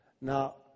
Now